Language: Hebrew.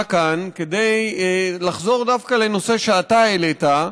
כאן כדי לחזור דווקא לנושא שאתה העלית,